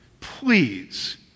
Please